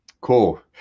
Cool